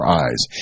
eyes